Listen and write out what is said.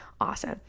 awesome